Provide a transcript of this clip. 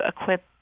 equip